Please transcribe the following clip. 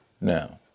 Now